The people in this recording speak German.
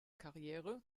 karriere